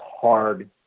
hard